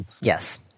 Yes